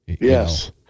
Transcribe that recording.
Yes